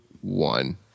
one